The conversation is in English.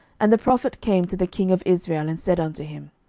and the prophet came to the king of israel, and said unto him,